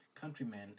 countrymen